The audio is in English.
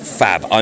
fab